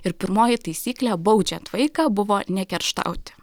ir pirmoji taisyklė baudžiant vaiką buvo nekerštauti